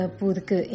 porque